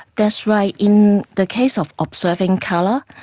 that's right. in the case of observing colour,